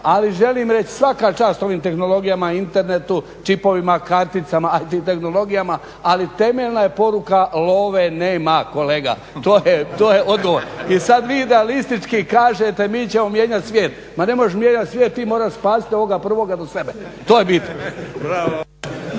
Ali želim reći, svaka čast ovim tehnologijama, internetu, čipovima, karticama i tehnologijama ali temeljna je poruka love nema kolega, to je odgovor. I sada vi idealistički kažete mi ćemo mijenjati svijet. Ma ne možeš mijenjati svijet ti moraš spasiti ovoga prvoga do sebe. To je bit.